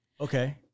Okay